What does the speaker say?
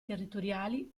territoriali